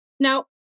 Now